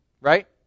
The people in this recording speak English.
right